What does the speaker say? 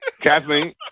Kathleen